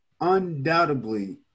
undoubtedly